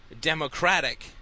democratic